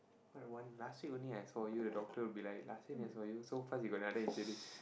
last week only I saw you doctor will be like last week then I saw you so fast you got another injury